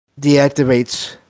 deactivates